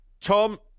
Tom